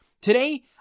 Today